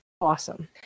Awesome